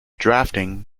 drafting